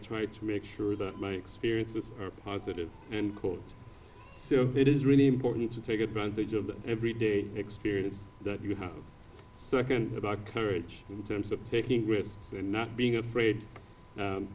try to make sure that my experience is positive and cool so it is really important to take advantage of every day experience that you have second about courage terms of taking risks and not being afraid